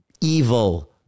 evil